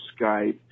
Skype